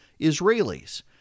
Israelis